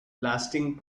lasting